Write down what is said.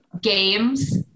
games